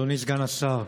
אדוני סגן השר,